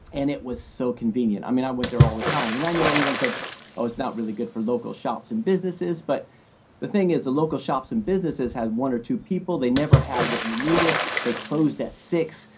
and it was so convenient. i mean, i went there all the time and i know everyone said i was not really good for local shops and businesses, but the thing is, the local shops and businesses has one or two people, they never had what you needed, they closed at six,